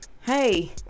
Hey